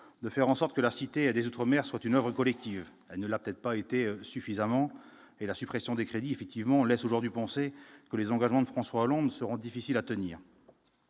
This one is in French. de faire en sorte que la Cité des outre-mer soit une oeuvre collective, elle ne l'a peut-être pas été suffisamment et la suppression des crédits effectivement on laisse aujourd'hui penser que les engagements de François Hollande seront difficiles à tenir.